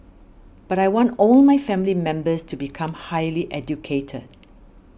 but I want all my family members to become highly educated